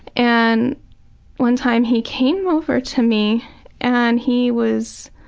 and one time he came over to me and he was